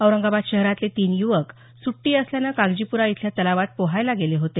औरंगाबाद शहरातले तीन युवक सुट्टी असल्यानं कागजीप्रा इथल्या तलावात पोहायला गेले होते